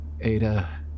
Ada